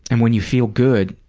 and when you feel good,